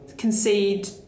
Concede